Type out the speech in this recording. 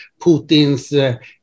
Putin's